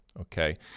okay